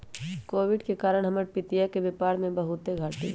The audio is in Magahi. कोविड के कारण हमर पितिया के व्यापार में बहुते घाट्टी भेलइ